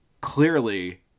clearly